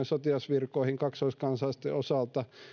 sotilasvirkoihin kaksoiskansalaisten osalta